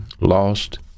lost